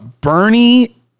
bernie